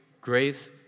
grace